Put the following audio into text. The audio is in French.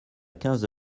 quinze